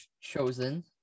chosen